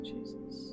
Jesus